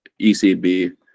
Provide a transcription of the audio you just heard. ECB